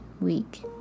week